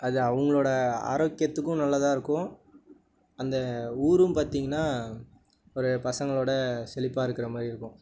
அது அவங்களோட ஆரோக்கியத்துக்கும் நல்லதாக இருக்கும் அந்த ஊரும் பார்த்தீங்கன்னா ஒரு பசங்களோட செழிப்பாக இருக்கிற மாதிரி இருக்கும்